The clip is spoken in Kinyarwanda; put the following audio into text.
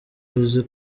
uzi